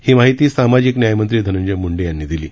ही माहिती सामाजिक न्यायमंत्री धनंजय मुंडे यांनी दिली